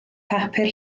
papur